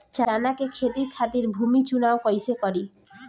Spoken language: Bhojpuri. चना के खेती खातिर भूमी चुनाव कईसे करी?